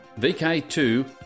VK2